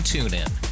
TuneIn